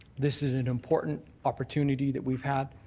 this is an important opportunity that we've had.